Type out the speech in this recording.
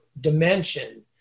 dimension